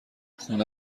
خونه